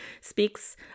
speaks